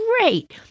great